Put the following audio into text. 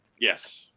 Yes